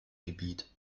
gebiet